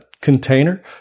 container